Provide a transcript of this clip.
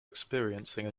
experiencing